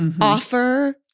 offer